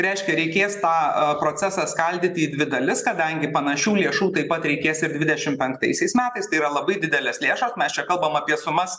reiškia reikės tą procesą skaldyti į dvi dalis kadangi panašių lėšų taip pat reikės ir dvidešim penktaisiais metais tai yra labai didelės lėšos mes čia kalbam apie sumas